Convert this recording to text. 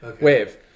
wave